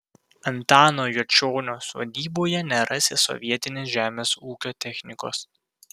antano juočionio sodyboje nerasi sovietinės žemės ūkio technikos